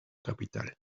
capital